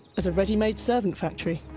as a ready-made servant factory.